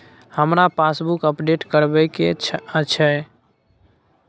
हमरा passbook update करैबे के अएछ?